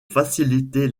faciliter